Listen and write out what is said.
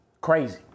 Crazy